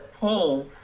pain